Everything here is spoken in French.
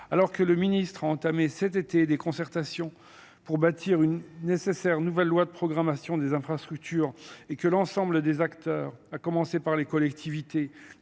alors que le ministre a entamé cet été, des concertations pour bâtir une nécessaire nouvelle loi de programmation des infrastructures et que l'ensemble des acteurs à commencer par les collectivités